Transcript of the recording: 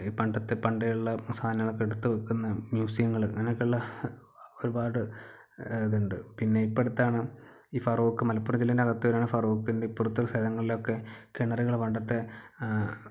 പണ്ടത്തെ പണ്ടേയുള്ള സാധനങ്ങളൊക്കെ എടുത്തു വയ്ക്കുന്ന മ്യൂസിയങ്ങള് അങ്ങനെ ഒക്കെയുള്ള ഒരുപാട് ഇത് ഉണ്ട് പിന്നെ ഇപ്പം അടുത്താണ് ഈ ഫറൂക്ക് മലപ്പുറം ജില്ലേൻ്റെ അകത്തുള്ളതാണ് ഫറൂക്കിൻ്റെ ഇപ്പുറത്ത് സ്ഥലങ്ങളിലൊക്കെ കിണറുകൾ പണ്ടത്തെ